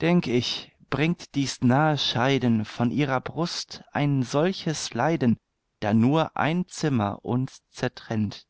denk ich bringt dies nahe scheiden von ihrer brust ein solches leiden da nur ein zimmer uns zertrennt